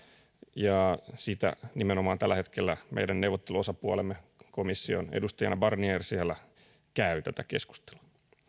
ja siitä nimenomaan tällä hetkellä meidän neuvotteluosapuolemme komission edustajana barnier siellä käy tätä keskustelua